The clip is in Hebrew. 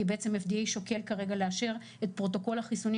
כי בעצם ה-FDA שוקל כרגע לאשר את פרוטוקול החיסונים